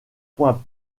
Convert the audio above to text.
points